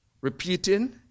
repeating